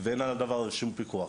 ואין על זה שום פיקוח.